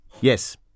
Yes